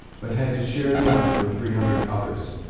but had to share the honour with three hundred others.